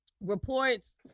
reports